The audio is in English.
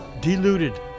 deluded